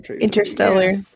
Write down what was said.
Interstellar